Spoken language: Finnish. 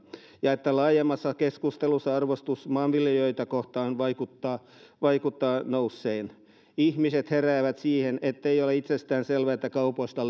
ja että laajemmassa keskustelussa arvostus maanviljelijöitä kohtaan vaikuttaa vaikuttaa nousseen ihmiset heräävät siihen ettei ole itsestäänselvää että kaupoista